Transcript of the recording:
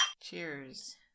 Cheers